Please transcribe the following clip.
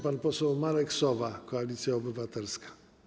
Pan poseł Marek Sowa, Koalicja Obywatelska.